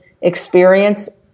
experience